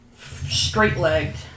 straight-legged